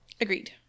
Agreed